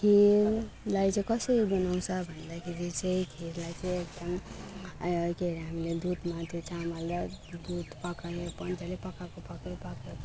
खिरलाई चाहिँ कसरी बनाउँछ भन्दाखेरि चाहिँ खिरलाई चाहिँ एकदम के अरे हामीले दुधमा त्यो चामल र दुध पकाए मजाले पकाएको पकाएको पाक्यो